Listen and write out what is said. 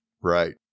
Right